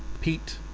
Pete